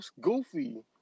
goofy